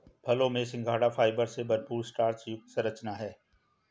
फलों में सिंघाड़ा फाइबर से भरपूर स्टार्च युक्त संरचना है